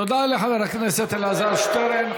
תודה לחבר הכנסת אלעזר שטרן.